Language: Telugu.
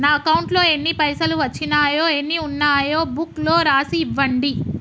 నా అకౌంట్లో ఎన్ని పైసలు వచ్చినాయో ఎన్ని ఉన్నాయో బుక్ లో రాసి ఇవ్వండి?